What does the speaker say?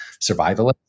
survivalist